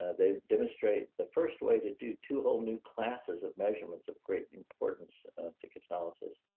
they demonstrate the first way to do two whole new classes of measurements of great importance to ketolysis,